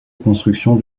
construction